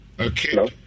Okay